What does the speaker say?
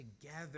together